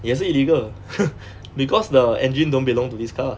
也是 illegal because the engine don't belong to this car